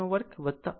63 વર્ગ 11